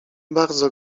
bardzo